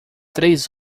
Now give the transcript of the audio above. três